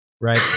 Right